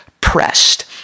pressed